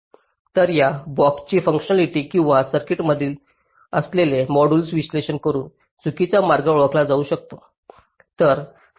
तर या ब्लॉक्सची फुंकशनॅलिटी किंवा सर्किटमध्ये असलेल्या मॉड्यूल्सचे विश्लेषण करून चुकीचा मार्ग ओळखला जाऊ शकतो